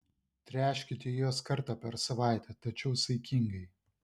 tręškite juos kartą per savaitę tačiau saikingai